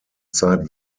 zeit